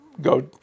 go